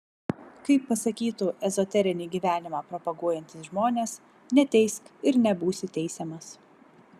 kaip pasakytų ezoterinį gyvenimą propaguojantys žmonės neteisk ir nebūsi teisiamas